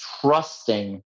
trusting